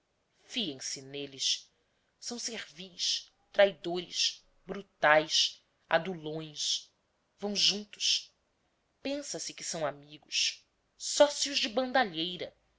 neles são servis traidores brutais adulões vão juntos pensa se que são amigos sócios de bandalheira